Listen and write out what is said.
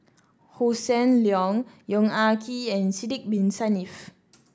Hossan Leong Yong Ah Kee and Sidek Bin Saniff